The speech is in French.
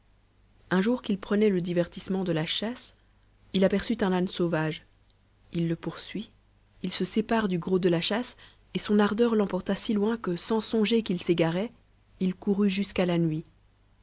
un jour qu'il prenait le divertissement de la chasse il aperçut un âne sauvage il le poursuit il se sépare du gros de la chasse et son ardeur l'emporta si loin que sans songer qu'il s'égarait il courut jusqu'à ta nuit